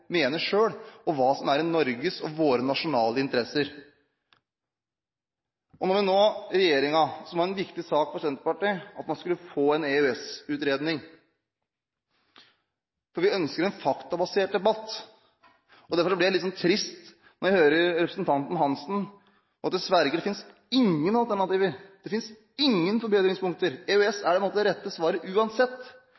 mener selv, og hva som er Norges, våre nasjonale, interesser. Det var en viktig sak for Senterpartiet at man skulle få en EØS-utredning, for vi ønsker en faktabasert debatt, og derfor blir jeg litt trist når jeg hører representanten Svein Roald Hansen si at det finnes dessverre ingen alternativer, det finnes ingen forbedringspunkter – EØS